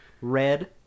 red